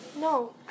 No